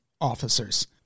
officers